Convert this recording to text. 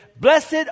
Blessed